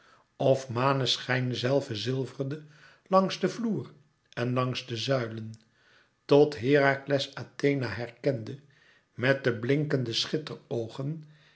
of maneschijn zelve zilverde langs den vloer en langs de zuilen tot herakles athena herkende met de blinkende schitteroogen